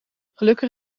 gelukkig